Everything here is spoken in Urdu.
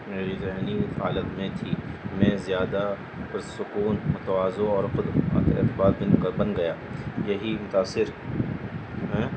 میری ذہنی حالت میں تھی میں زیادہ پرسکون متوضع اور خود باطن کا بن گیا یہی متاثر ہیں